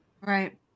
Right